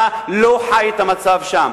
אתה לא חי את המצב שם.